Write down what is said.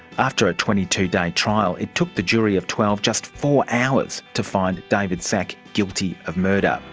after a twenty two day trial it took the jury of twelve just four hours to find david szach guilty of murder.